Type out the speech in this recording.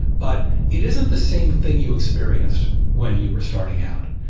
but it isn't the same thing you experienced when you were starting out.